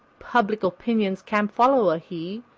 public opinion's camp-follower he,